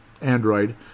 Android